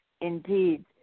indeed